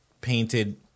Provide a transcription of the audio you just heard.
Painted